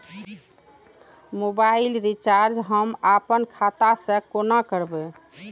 Mobile recharge हम आपन खाता से कोना करबै?